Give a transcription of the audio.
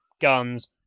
guns